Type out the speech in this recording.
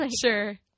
sure